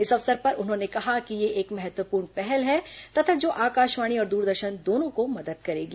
इस अवसर पर उन्होंने कहा कि यह एक महत्वपूर्ण पहल है तथा जो आकाशवाणी और द्रदर्शन दोनों को मदद करेगी